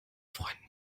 freunden